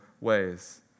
ways